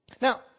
Now